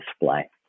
display